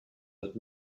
had